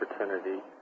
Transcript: opportunity